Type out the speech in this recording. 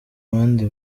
bandi